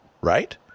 right